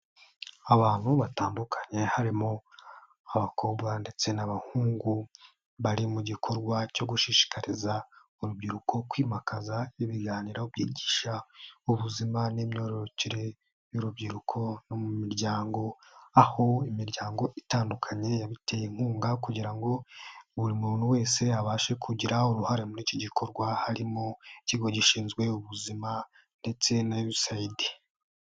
Abantu batandukanye harimo abakobwa ndetse n'abahungu bari mu gikorwa cyo gushishikariza urubyiruko kwimakaza ibiganiro byigisha ubuzima n'imyororokere y'urubyiruko, no mu miryango, aho imiryango itandukanye yabiteye inkunga kugira ngo buri muntu wese abashe kugira uruhare muri iki gikorwa, harimo Ikigo gishinzwe ubuzima ndetse na USAID.